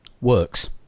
works